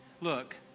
Look